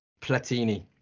Platini